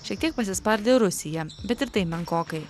šiek tiek pasispardė rusija bet ir tai menkokai